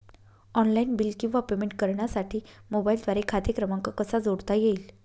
Online bill किंवा payment करण्यासाठी मोबाईलद्वारे खाते क्रमांक कसा जोडता येईल?